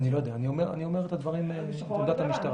אני לא יודע, אני אומר את עמדת המשטרה.